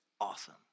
Awesome